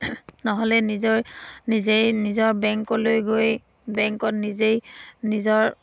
নহ'লে নিজৰ নিজেই নিজৰ বেংকলৈ গৈ বেংকত নিজেই নিজৰ